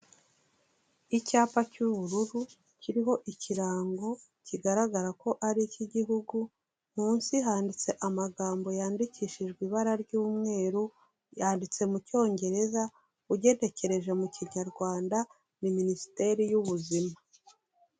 Icyapa cy'ubururu, kiriho ikirango kigaragara ko ari icy'igihugu, munsi handitse amagambo yandikishijwe ibara ry'umweru, yanditse mu cyongereza ugenekereje mu kinyarwanda, ni Minisiteri y'Ubuzima.